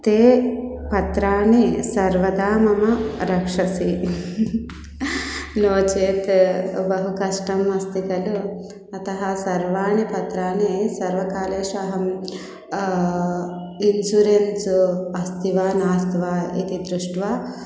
ते पत्राणि सर्वदा मम रक्षति नो चेत् बहु कष्टम् अस्ति खलु अतः सर्वाणि पत्राणि सर्वकालेषु अहं इन्सुरेन्स् अस्ति वा नास्ति वा इति दृष्ट्वा